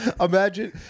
Imagine